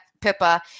Pippa